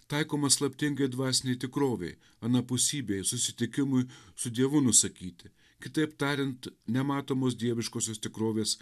taikomas slaptingai dvasinei tikrovei anapusybei susitikimui su dievu nusakyti kitaip tariant nematomos dieviškosios tikrovės